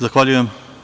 Zahvaljujem.